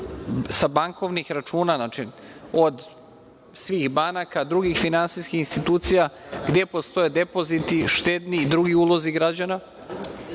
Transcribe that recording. sa bankovnih računa od svih banaka, drugih finansijskih institucija gde postoje depoziti, štedni i drugi ulozi građana,